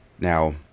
Now